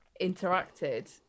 interacted